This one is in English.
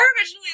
originally